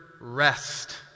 rest